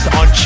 on